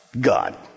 God